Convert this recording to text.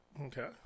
Okay